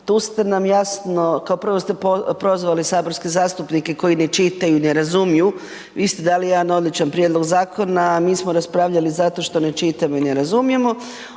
tu ste nam jasno, kao prvo ste prozvali saborske zastupnike koji ne čitaju i ne razumiju, vi ste dali jedan odličan prijedlog zakona, mi smo raspravljali zato što ne čitamo i ne razumijemo,